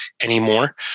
anymore